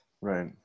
Right